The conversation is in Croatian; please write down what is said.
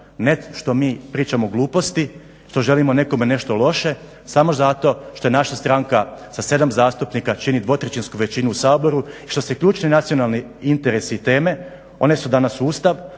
ne što mi pričamo gluposti, što želimo nekome nešto loše, samo zato što je naša stranka sa 7 zastupnika čini dvotrećinsku većinu u Saboru i što se ključni nacionalni interesi i teme unesu danas u Ustav.